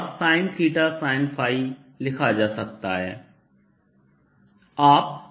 आप rR के लिए दोनों का मिलान देख सकते हैं